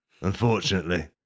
Unfortunately